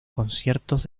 conciertos